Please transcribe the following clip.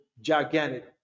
gigantic